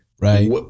Right